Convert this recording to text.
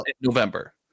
november